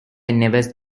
never